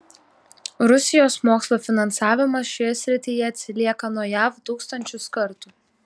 rusijos mokslo finansavimas šioje srityje atsilieka nuo jav tūkstančius kartų